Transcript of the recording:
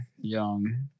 Young